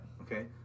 Okay